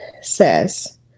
says